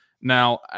Now